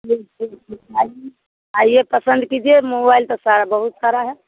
आइए आइए पसंद कीजिए मोबाइल तो सारा बहुत सारा है